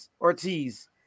Ortiz